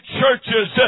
churches